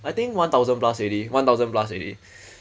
I think one thousand plus already one thousand plus already